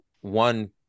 one